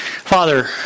Father